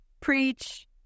Preach